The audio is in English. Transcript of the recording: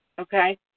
Okay